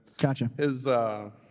Gotcha